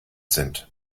sind